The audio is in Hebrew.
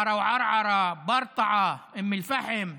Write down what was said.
לערערה, לברטעה, לאום אל-פחם,